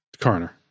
Coroner